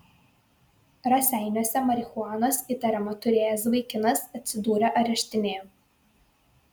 raseiniuose marihuanos įtariama turėjęs vaikinas atsidūrė areštinėje